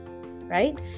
right